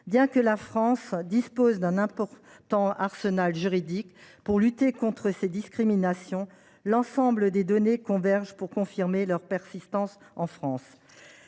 Bien que la France dispose d’un important arsenal juridique pour lutter contre les discriminations, l’ensemble des données convergent pour confirmer leur persistance dans